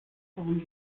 warum